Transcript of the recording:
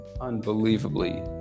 unbelievably